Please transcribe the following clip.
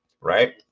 Right